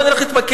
אני הולך להתמקד,